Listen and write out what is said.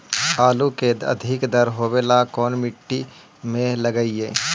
आलू के अधिक दर होवे ला कोन मट्टी में लगीईऐ?